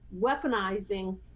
weaponizing